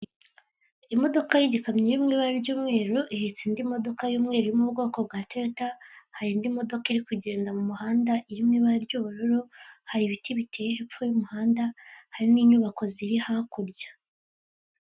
Imodoka y'ikamyo iri mu ibara ry'umweru ihetse indi modoka y'umweru iri mu bwoko bwa Toyota, hari indi modoka iri kugenda mu muhanda iri mu ibara ry'ubururu, hari ibiti biteye hepfo y'umuhanda, hari n'inyubako ziri hakurya.